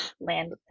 Land